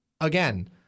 again